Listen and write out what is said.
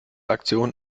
aktion